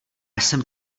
jsem